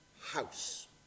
house